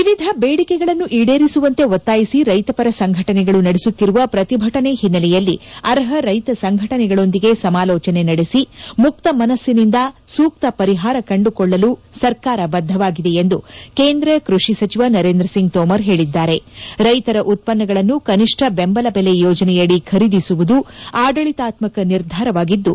ವಿವಿಧ ಬೇಡಿಕೆಗಳನ್ನು ಈಡೇರಿಸುವಂತೆ ಒತ್ತಾಯಿಸಿ ರೈತಪರ ಸಂಘಟನೆಗಳು ನಡೆಸುತ್ತಿರುವ ಪ್ರತಿಭಟನೆ ಹಿನ್ನೆಲೆಯಲ್ಲಿ ಅರ್ಹ ರೈತ ಸಂಘಟನೆಗಳೊಂದಿಗೆ ಸಮಾಲೋಚನೆ ನಡೆಸಿ ಮುಕ್ತ ಮನಸ್ಸಿನಿಂದ ಸೂಕ್ತ ಪರಿಹಾರ ಕಂಡುಕೊಳ್ಳಲು ಸರ್ಕಾರ ಬದ್ದವಾಗಿದೆ ಎಂದು ಕೇಂದ್ರ ಕೃಷಿ ಸಚಿವ ನರೇಂದ್ರ ಸಿಂಗ್ ತೋಮರ್ ಹೇಳಿದ್ದಾರೆರೈತರ ಉತ್ತನ್ನಗಳನ್ನು ಕನಿಷ್ಠ ಬೆಂಬಲ ಬೆಲೆ ಯೋಜನೆಯಡಿ ಖರೀದಿಸುವುದು ಆಡಳಿತಾತ್ಕಕ ನಿರ್ಧಾರವಾಗಿದ್ದು